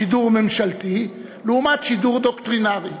שידור ממשלתי לעומת שידור דוקטרינרי?